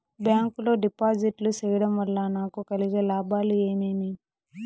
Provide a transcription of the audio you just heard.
Bank లో డిపాజిట్లు సేయడం వల్ల నాకు కలిగే లాభాలు ఏమేమి?